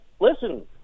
listen